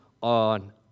on